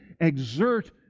exert